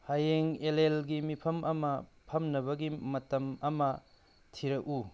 ꯍꯌꯦꯡ ꯑꯦꯂꯦꯜꯒꯤ ꯃꯤꯐꯝ ꯑꯃ ꯐꯝꯅꯕꯒꯤ ꯃꯇꯝ ꯑꯃ ꯊꯤꯔꯛꯎ